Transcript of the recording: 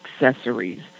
accessories